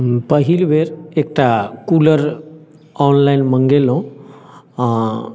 पहिलबेर एकटा cooler online मँगेलहुँ आँ